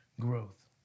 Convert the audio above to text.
growth